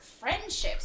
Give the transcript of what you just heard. friendships